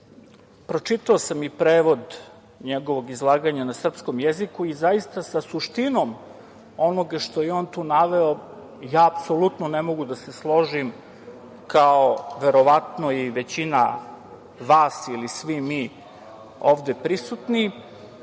Pročitao sam i prevod njegovog izlaganja na srpskom jeziku i zaista sa suštinom onoga što je on tu naveo ja apsolutno ne mogu da se složim, kao verovatno i većina vas ili svi mi ovde prisutni,